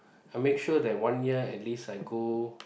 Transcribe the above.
I make sure that one year at least I go